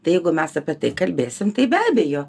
tai jeigu mes apie tai kalbėsim tai be abejo